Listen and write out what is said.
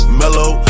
mellow